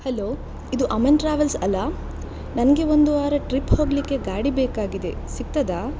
hello ಇದು Aman travels ಅಲ್ಲಾ ನನಗೆ ಒಂದು ವಾರ ಟ್ರಿಪ್ ಹೋಗಲಿಕ್ಕೆ ಗಾಡಿ ಬೇಕಾಗಿದೆ ಸಿಗ್ತದಾ